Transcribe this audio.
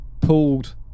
pulled